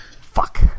Fuck